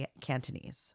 Cantonese